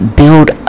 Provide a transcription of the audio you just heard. build